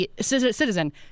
citizen